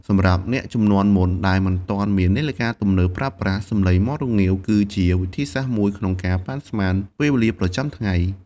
សម្រាប់អ្នកជំនាន់មុនដែលមិនទាន់មាននាឡិកាទំនើបប្រើប្រាស់ សំឡេងមាន់រងាវគឺជាវិធីមួយក្នុងការប៉ាន់ស្មានពេលវេលាប្រចាំថ្ងៃ។